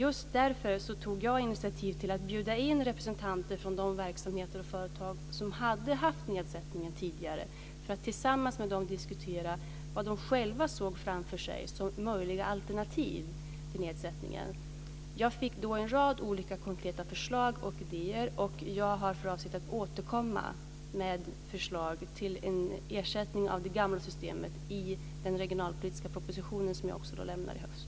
Just därför tog jag initiativ till att bjuda in representanter från de verksamheter och företag som hade haft nedsättningen tidigare, för att tillsammans med dem diskutera vad de själva såg framför sig som möjliga alternativ till nedsättningen. Jag fick då en rad olika konkreta förslag och idéer, och jag har för avsikt att återkomma med förslag till en ersättning av det gamla systemet i den regionalpolitiska proposition som jag också lämnar i höst.